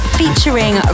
featuring